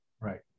Right